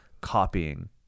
copying